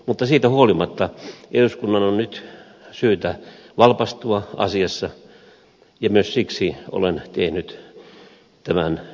mutta siitä huolimatta eduskunnan on nyt syytä valpastua asiassa ja myös siksi olen tehnyt tämän lakialoitteen